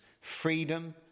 freedom